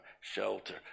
shelter